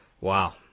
Wow